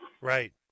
Right